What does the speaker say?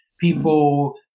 People